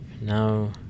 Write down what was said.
Now